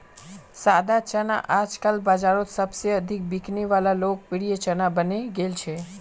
सादा चना आजकल बाजारोत सबसे अधिक बिकने वला लोकप्रिय चना बनने गेल छे